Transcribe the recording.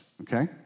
okay